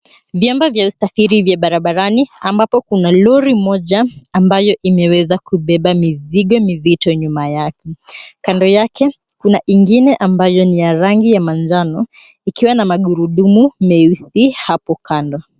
Vyombo vya usafiri vya barabarani ambapo kuna lori moja ambayo imeweza kubeba mizigo mizito nyuma yake. Kando yake kuna ingine ambayo ni ya rangi ya manjano ikiwa na magurudumu meusi hapo kando.